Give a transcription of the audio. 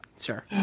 Sure